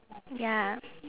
ya